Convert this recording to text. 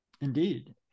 indeed